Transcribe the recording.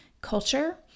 culture